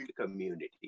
community